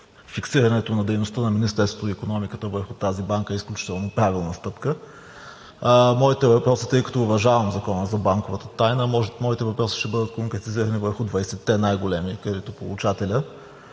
фиксирането на дейността на Министерството на икономиката върху тази банка е изключително правилна стъпка. Моите въпроси, тъй като уважавам Закона за банковата тайна, моите въпроси ще бъдат конкретизирани върху 20-те най-големи кредитополучателя.